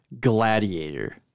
Gladiator